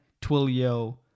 Twilio